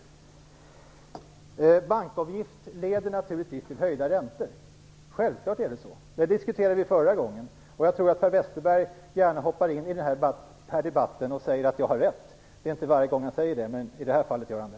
En bankavgift leder naturligtvis till höjda räntor. Självklart är det så. Det diskuterade vi förra gången. Jag tror att Per Westerberg gärna hoppar in i debatten för att säga att jag har rätt. Det är inte varje gång han säger det, men i det här fallet gör han det.